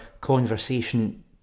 conversation